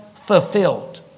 fulfilled